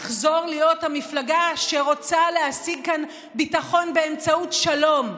תחזור להיות המפלגה שרוצה להשיג כאן ביטחון באמצעות שלום,